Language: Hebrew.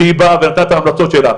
שהיא באה ונתנה את ההמלצות שלה.